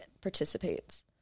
participates